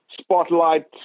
spotlight